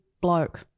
bloke